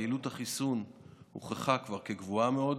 יעילות החיסון הוכחה כבר כגבוהה מאוד,